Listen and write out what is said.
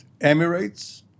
Emirates